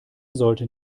sollten